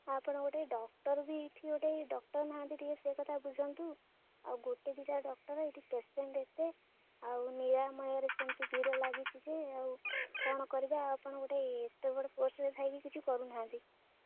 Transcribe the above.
ଆପଣ ଗୋଟେ ଡକ୍ଟର୍ ବି ଏଇଠି ଗୋଟେ ଡକ୍ଟର୍ ନାହାନ୍ତି ଟିକେ ସେ କଥା ବୁଝନ୍ତୁ ଆଉ ଗୋଟେ ଦୁଇଟା ଡକ୍ଟର୍ ଏଇଠି ପେସେଣ୍ଟ୍ ଏତେ ଆଉ ନିରାମୟରେ ସେମିତି ଭିଡ଼ ଲାଗିଛି ଯେ ଆଉ କ'ଣ କରିବା ଆଉ ଆପଣ ଗୋଟେ ଏତେ ବଡ଼ କୋର୍ସରେ ଥାଇକି କିଛି କରୁନାହାନ୍ତି